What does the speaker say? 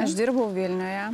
aš dirbau vilniuje